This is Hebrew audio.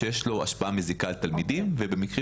שיש לנו השפעה מזיקה לתלמידים ובמקרים